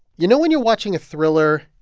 you know when you're watching a thriller,